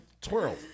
twirl